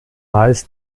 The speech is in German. miles